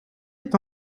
est